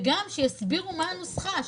וגם שיסבירו מה הנוסחה,